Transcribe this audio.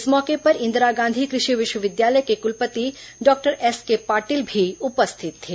इस मौके पर इंदिरा गांधी कृषि विश्वविद्यालय के कुलपति डॉक्टर एसके पाटिल भी उपस्थित थे